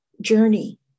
journey